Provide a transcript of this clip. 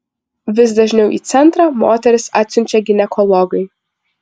vis dažniau į centrą moteris atsiunčia ginekologai